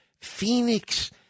Phoenix